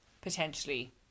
Potentially